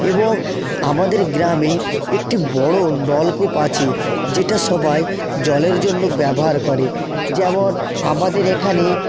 এবং আমাদের গ্রামে একটি বড় নলকূপ আছে যেটা সবাই জলের জন্য ব্যবহার করে যেমন আমাদের এখানে